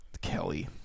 Kelly